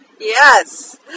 Yes